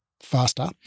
faster